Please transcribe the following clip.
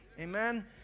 Amen